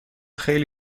خیلی